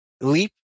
leap